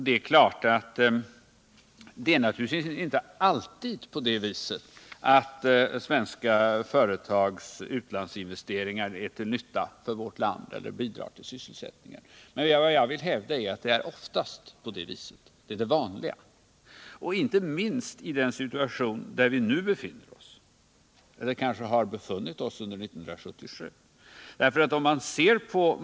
Det är naturligtvis inte alltid på det sättet att svenska företags utlandsinvesteringar är till nytta för vårt land eller bidrar till sysselsättningen. Vad jag vill hävda är att det oftast är på det viset. Detta gäller inte minst i den situation som vi nu befinner oss i eller befann oss i 1977.